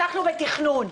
אנחנו בתכנון.